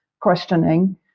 questioning